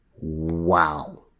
wow